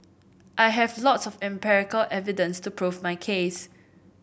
I have lots of empirical evidence to prove my case